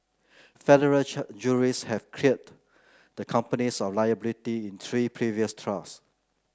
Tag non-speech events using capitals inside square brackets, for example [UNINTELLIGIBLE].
federal [UNINTELLIGIBLE] juries have cleared the companies of liability in three previous trials